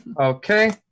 Okay